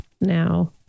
now